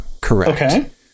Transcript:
correct